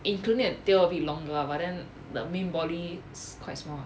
including the tail a bit longer lah but then the main body quite small